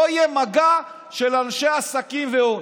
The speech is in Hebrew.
לא יהיה מגע של אנשי עסקים והון.